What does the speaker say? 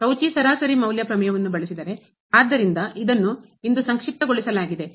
Cauchy ಸರಾಸರಿ ಮೌಲ್ಯ ಪ್ರಮೇಯವನ್ನುಬಳಸಿದರೆ ಆದ್ದರಿಂದ ಇದನ್ನು ಇಂದು ಸಂಕ್ಷಿಪ್ತಗೊಳಿಸಲಾಗಿದೆ